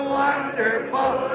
wonderful